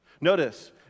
Notice